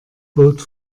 bot